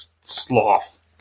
sloth